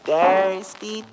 Thirsty